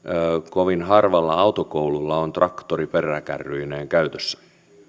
kovin harvalla autokoululla on traktori peräkärryineen käytössä